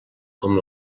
com